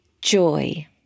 joy